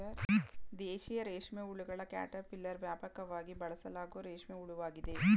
ದೇಶೀಯ ರೇಷ್ಮೆಹುಳುಗಳ ಕ್ಯಾಟರ್ಪಿಲ್ಲರ್ ವ್ಯಾಪಕವಾಗಿ ಬಳಸಲಾಗೋ ರೇಷ್ಮೆ ಹುಳುವಾಗಿದೆ